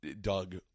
Doug